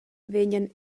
vegnan